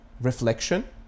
reflection